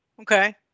Okay